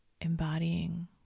embodying